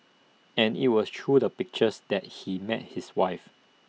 and IT was through the pictures that he met his wife